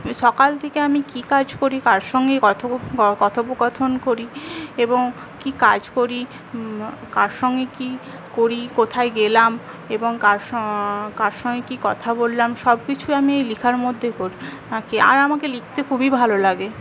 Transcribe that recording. সকাল থেকে আমি কি কাজ করি কার সঙ্গে কথোপকথন করি এবং কি কাজ করি কার সঙ্গে কি করি কোথায় গেলাম এবং কার কার সঙ্গে কি কথা বললাম সবকিছু আমি লেখার মধ্যে করি আর কি আর আমাকে লিখতে খুবই ভালো লাগে